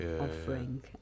offering